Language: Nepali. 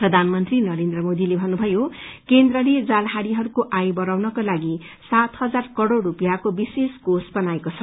प्रधानमन्त्री मोदीले भन्नुभयो केन्द्रले जालहारीहरूको आय बढ़ाउनको लागि सात इजार कराइ स्पियाँको विशेष कोष बनाएको छ